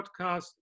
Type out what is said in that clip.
podcast